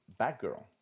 Batgirl